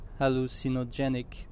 hallucinogenic